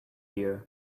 here